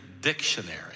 dictionary